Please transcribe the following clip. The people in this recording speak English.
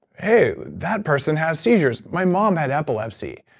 hey, that person has seizures. my mom had epilepsy.